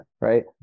Right